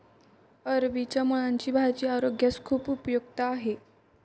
अरबीच्या मुळांची भाजी आरोग्यास खूप उपयुक्त आहे